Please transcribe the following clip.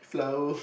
flour